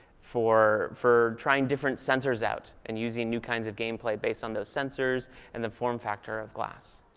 for for trying different sensors out. and using new kinds of game play based on those sensors and the form factor of glass.